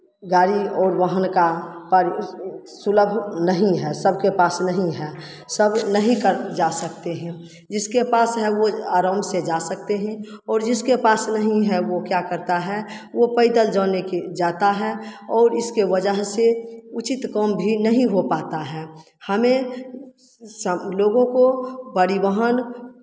गाड़ी और वाहन का पर सुलभ नहीं है सबके पास नहीं है सब नहीं कर जा सकते हैं जिसके पास है वो आराम से जा सकते हैं और जिसके पास नहीं है वो क्या करता है वो पैदल जाने की जाता है और इसके वजह से उचित काम भी नहीं हो पाता है हमें सब लोगों को परिवहन